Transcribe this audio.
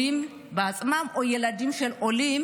על עולים בעצמם או ילדים של עולים,